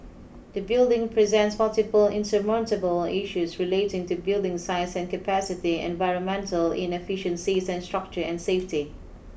the building presents multiple insurmountable issues relating to building size and capacity environmental inefficiencies and structure and safety